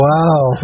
Wow